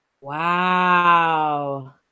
wow